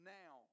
now